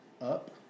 up